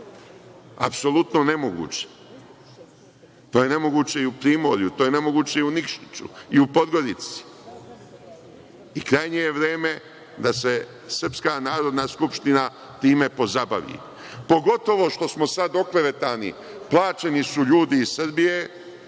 Apsolutno nemoguće. To je nemoguće i u primorju, to je nemoguće i u Nikšiću i u Podgorici. Krajnje je vreme da se srpska Narodna skupština time pozabavi. Pogotovo što smo sada oklevetani, plaćeni su ljudi iz Srbije,